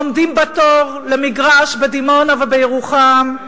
עומדים בתור למגרש בדימונה ובירוחם.